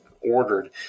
ordered